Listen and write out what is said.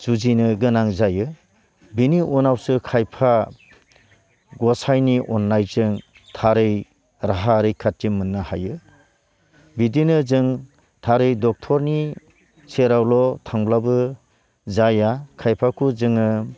जुजिनो गोनां जायो बिनि उनावसो खायफा गासाइनि अननायजों थारै राहा रैखाथि मोननो हायो बिदिनो जों थारै ड'क्टरनि सेरावल' थांब्लाबो जाया खायफाखौ जोङो